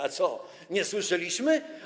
A co, nie słyszeliśmy?